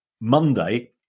Monday